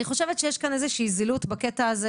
אני חושבת שיש כאן איזושהי זילות בקטע הזה